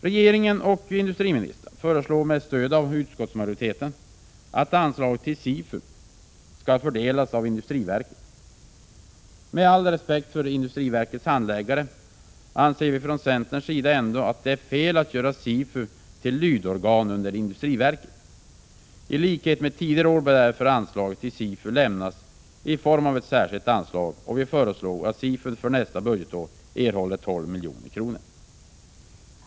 Regeringen och industriministern föreslår, med stöd av utskottsmajoriteten, att anslaget till SIFU skall fördelas av industriverket. Med all respekt för industriverkets handläggare anser centern ändå att det är fel att göra SIFU till lydorgan under industriverket. I likhet med tidigare år bör därför anslaget till SIFU lämnas i form av ett särskilt anslag. Och vi föreslår att SIFU för nästa budgetår erhåller 12 milj.kr.